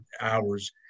hours